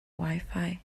wifi